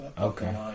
Okay